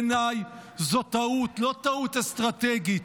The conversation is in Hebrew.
בעיניי, זו טעות, לא טעות אסטרטגית,